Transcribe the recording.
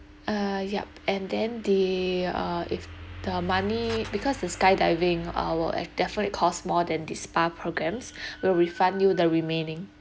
uh yup and then the uh if the money because the skydiving uh will uh definitely cost more than the spa programmes will refund you the remaining